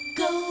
go